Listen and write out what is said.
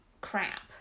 crap